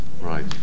Right